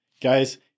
Guys